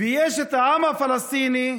ויש את העם הפלסטיני,